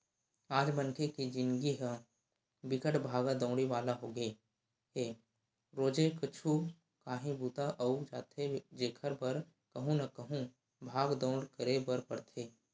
आज मनखे के जिनगी ह बिकट भागा दउड़ी वाला होगे हे रोजे कुछु काही बूता अई जाथे जेखर बर कहूँ न कहूँ भाग दउड़ करे बर परथे